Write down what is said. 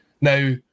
Now